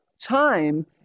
time